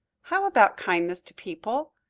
how about kindness to people?